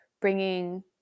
bringing